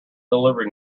delivery